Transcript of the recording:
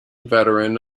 veteran